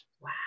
wow